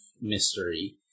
mystery